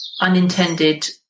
unintended